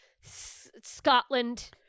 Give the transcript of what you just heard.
Scotland